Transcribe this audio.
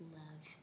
love